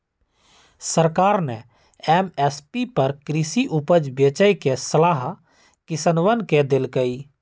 सरकार ने एम.एस.पी पर कृषि उपज बेचे के सलाह किसनवन के देल कई